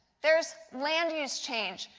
there is land-use change,